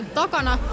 takana